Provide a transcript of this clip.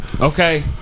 Okay